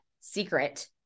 Secret